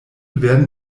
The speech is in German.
werden